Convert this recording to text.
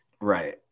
Right